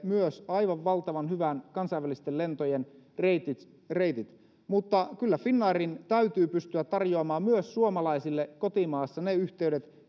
myös aivan valtavan hyvät kansainvälisten lentojen reitit reitit mutta kyllä finnairin täytyy pystyä tarjoamaan myös suomalaisille kotimaassa ne yhteydet